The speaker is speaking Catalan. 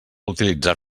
utilitzar